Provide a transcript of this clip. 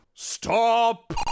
Stop